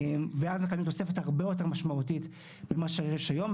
ואז מקבלים תוספת הרבה יותר משמעותית ממה שיש היום.